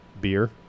beer